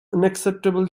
unacceptable